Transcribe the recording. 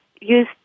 use